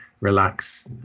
relax